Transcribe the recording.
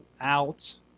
out